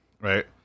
right